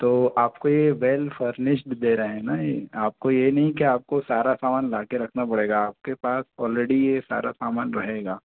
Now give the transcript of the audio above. तो आपको well furnished दे रहे है ना ये आपको ये नहीं कि आपको सारा सामान ला के रखना पड़ेगा आपके पास ऑलरेडी ये सर सामान रहेगा